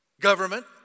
government